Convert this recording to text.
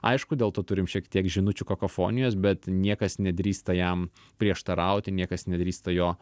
aišku dėl to turim šiek tiek žinučių kakofonijos bet niekas nedrįsta jam prieštarauti niekas nedrįsta jo